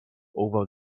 over